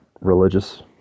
religious